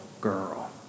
girl